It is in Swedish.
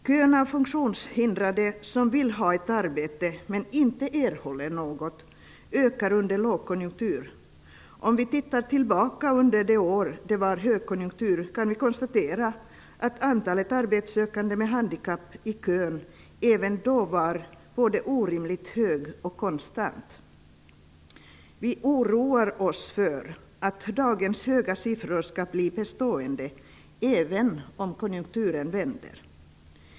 Kön av funktionshindrade som vill ha ett arbete men som inte erhåller något ökar under lågkonjunktur. Om vi tittar tillbaka under de år det var högkonjunktur kan vi konstatera att antalet arbetssökande med handikapp i kön även då var orimligt hög och konstant. Vi oroar oss för att dagens höga siffror skall bli bestående även om konjunkturen vänder.